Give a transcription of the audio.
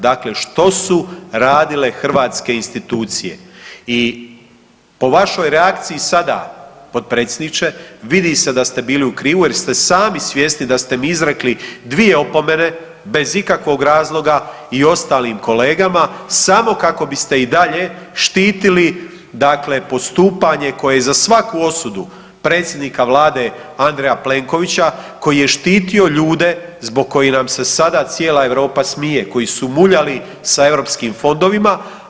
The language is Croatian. Dakle, što su radile hrvatske institucije i po vašoj reakciji sada, potpredsjedniče, vidi se da ste bili u krivu jer ste sami svjesni da ste mi izrekli dvije opomene bez ikakvog razloga i ostalim kolegama samo kako biste i dalje štitili dakle postupanje koje je za svaku osudu predsjednika Vlade Andreja Plenkovića koji je štitio ljude zbog kojih nam se sada cijela Europa smije, koji su muljali sa europskim fondovima.